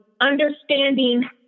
understanding